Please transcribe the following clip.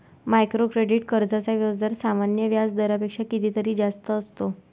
micro credit कर्जांचा व्याजदर सामान्य व्याज दरापेक्षा कितीतरी जास्त असतो